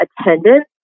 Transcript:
attendance